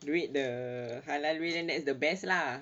do it the halal way then it's the best lah